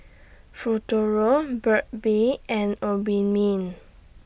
Futuro Burt's Bee and Obimin